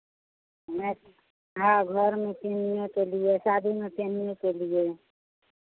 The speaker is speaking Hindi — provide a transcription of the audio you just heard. हमें हाँ घर में पहनने के लिए शादी में पहनने के लिए